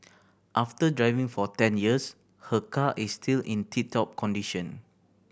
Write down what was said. after driving for ten years her car is still in tip top condition